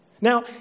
Now